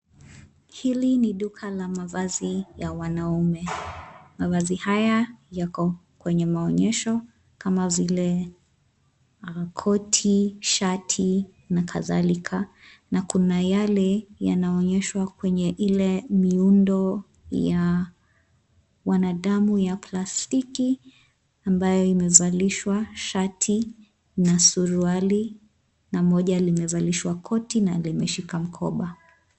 Hili ni duka la mavazi ya wanaume. Mavazi haya yako kwa maonyesho kama vile koti, shati na kadhalika. Na kuna yale yanaonyeshwa kwenye ile miundo ya wanadamu ya plastiki ambayo imevalishwa shati na suruali na moja limevalishwa koti na limeshika mkoba.